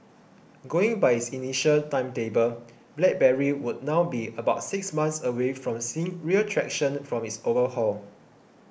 going by his initial timetable BlackBerry would now be about six months away from seeing real traction from its overhaul